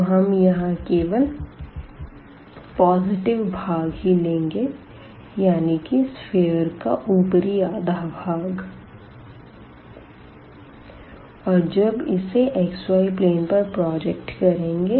तो हम यहाँ केवल पॉज़िटिव भाग ही लेंगे यानी की सफ़ियर का ऊपरी आधा भाग और जब इसे xy प्लेन पर प्रोजेक्ट करेंगे